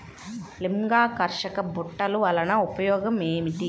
లింగాకర్షక బుట్టలు వలన ఉపయోగం ఏమిటి?